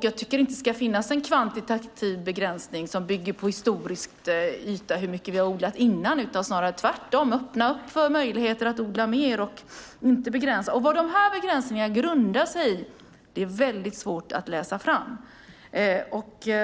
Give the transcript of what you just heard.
Jag tycker inte att det ska finnas en kvantitativ begränsning som bygger på historisk yta, på hur mycket vi tidigare odlat - snarare tvärtom. Öppna för möjligheter att odla mer och begränsa inte! Vad de här begränsningarna grundas på är det väldigt svårt att utläsa.